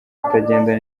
atagenda